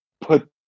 put